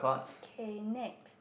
K next